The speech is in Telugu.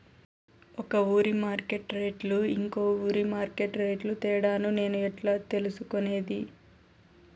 ఒక ఊరి మార్కెట్ రేట్లు ఇంకో ఊరి మార్కెట్ రేట్లు తేడాను నేను ఎట్లా తెలుసుకునేది?